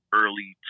early